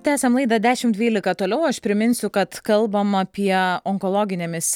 tęsiam laidą dešimt dvylika toliau aš priminsiu kad kalbam apie onkologinėmis